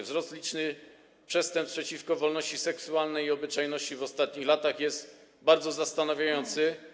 Wzrost licznych przestępstw przeciwko wolności seksualnej i obyczajności w ostatnich latach jest bardzo zastanawiający,